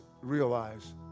realize